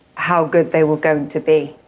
how good they were going to be.